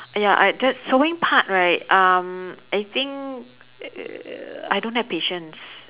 uh ya I jus~ sewing part right um I think I don't have patience